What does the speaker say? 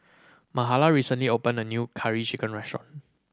Mahala recently opened a new Curry Chicken restaurant